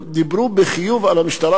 דיברו בחיוב על המשטרה,